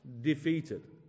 defeated